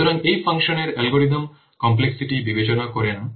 সুতরাং এটি ফাংশনের অ্যালগরিদম কমপ্লেক্সিটি বিবেচনা করে না